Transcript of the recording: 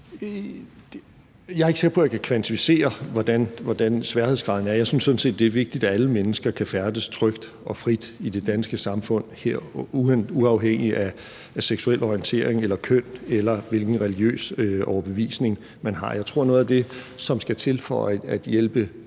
Jeg er ikke sikker på, at jeg kan kvantificere, hvordan sværhedsgraden er. Jeg synes sådan set, det er vigtigt, at alle mennesker kan færdes trygt og frit i det danske samfund uafhængigt af seksuel orientering eller køn, eller hvilken religiøs overbevisning man har. Jeg tror, at noget af det, som skal til for at hjælpe